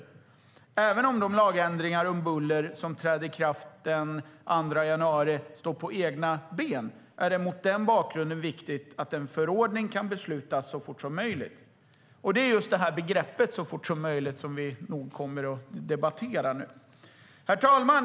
Även om de lagändringar om buller som träder i kraft den 2 januari står på egna ben, är det mot den bakgrunden viktigt att en förordning kan beslutas så fort som möjligt. Det är just begreppet "så fort som möjligt" som vi nog kommer att debattera nu. Herr talman!